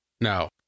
No